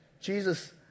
Jesus